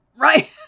Right